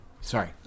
Sorry